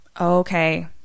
okay